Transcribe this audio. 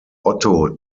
otto